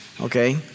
okay